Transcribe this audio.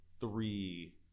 three